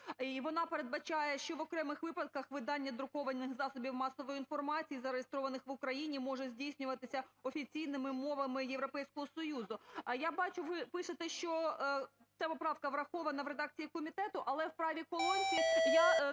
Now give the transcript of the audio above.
вона передбачає, що "в окремих випадках видання друкованих засобів масової інформації, зареєстрованих в Україні, може здійснюватися офіційними мовами Європейського Союзу". Я бачу, ви пишете, що ця поправка врахована в редакції комітету, але в правій колонці я тут не бачу,